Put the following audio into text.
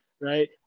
Right